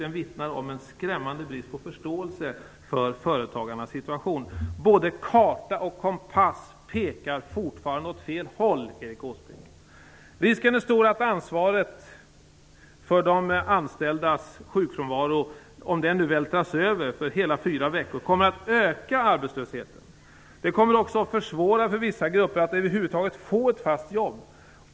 Den vittnar om en skrämmande brist på förståelse för företagarnas situation. Både karta och kompass pekar fortfarande åt fel håll, Erik Risken är stor att övervältringen av ansvaret för de anställdas sjukfrånvaro för hela fyra veckor kommer att öka arbetslösheten. Det kommer också att försvåra för vissa grupper att över huvud taget få ett fast jobb.